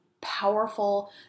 powerful